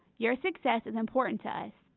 your success is important to us,